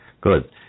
Good